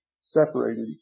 separated